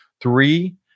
three